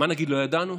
מה נגיד, לא ידענו?